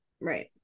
Right